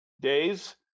days